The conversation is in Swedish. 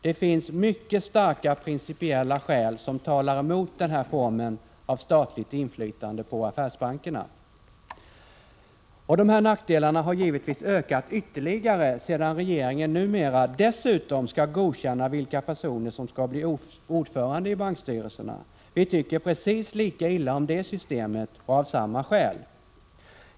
Det finns mycket starka principiella skäl som talar mot den här formen av statligt inflytande på affärsbankerna. De här nackdelarna har givetvis ökat ytterligare sedan regeringen numera dessutom skall godkänna vilka personer som skall bli ordförande i bankstyrelserna. Vi tycker precis lika illa om det systemet, och av samma skäl.